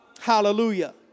Hallelujah